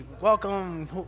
welcome